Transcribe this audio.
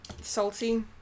salty